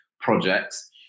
projects